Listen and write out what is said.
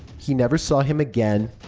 he never saw him again.